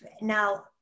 now